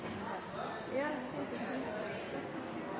en klimadebatt som